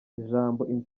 ijambo